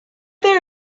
there